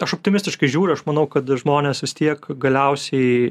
aš optimistiškai žiūriu aš manau kad žmonės vis tiek galiausiai